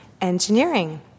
Engineering